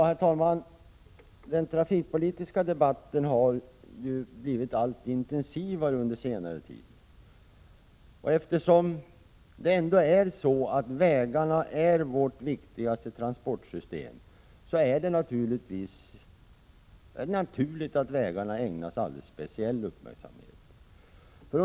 Herr talman! Den trafikpolitiska debatten har blivit allt intensivare under senare tid. Eftersom vägarna är det viktigaste transportsystemet i Sverige är det givetvis naturligt att de ägnas alldeles speciell uppmärksamhet.